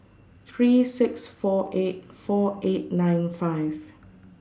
three six four eight four eight nine five